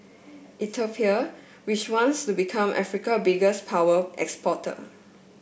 Ethiopia which wants to become Africa biggest power exporter